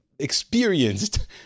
experienced